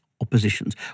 oppositions